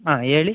ಹಾಂ ಹೇಳಿ